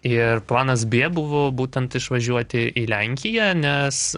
ir planas b buvo būtent išvažiuoti į lenkiją nes